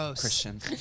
Christian